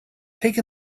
take